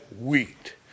wheat